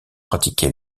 pratiqué